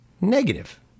negative